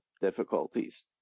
difficulties